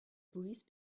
breeze